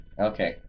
Okay